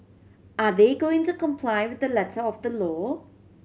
are they going to comply with the letter of the law